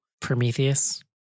Prometheus